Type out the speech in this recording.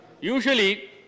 Usually